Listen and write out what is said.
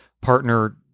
partner